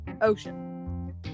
ocean